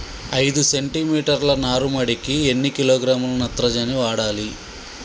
ఐదు సెంటిమీటర్ల నారుమడికి ఎన్ని కిలోగ్రాముల నత్రజని వాడాలి?